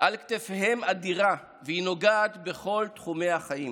על כתפיהם אדירה, והיא נוגעת לכל תחומי החיים: